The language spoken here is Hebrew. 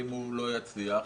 במשרד.